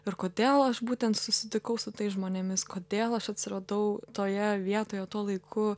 ir kodėl aš būtent susitikau su tais žmonėmis kodėl aš atsiradau toje vietoje tuo laiku